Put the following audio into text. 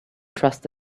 trust